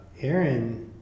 Aaron